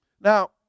Now